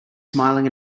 smiling